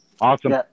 Awesome